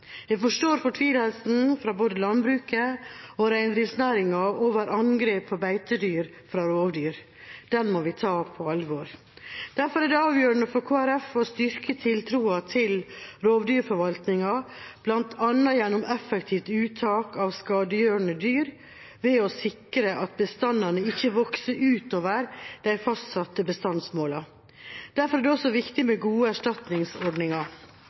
Jeg forstår fortvilelsen til både landbruket og reindriftsnæringa over angrep på beitedyr fra rovdyr. Den må vi ta på alvor. Derfor er det avgjørende for Kristelig Folkeparti å styrke tiltroa til rovdyrforvaltninga, bl.a. gjennom effektivt uttak av skadegjørende dyr og ved å sikre at bestandene ikke vokser utover de fastsatte bestandsmålene. Derfor er det også viktig med gode erstatningsordninger.